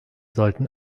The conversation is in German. sollten